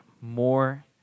more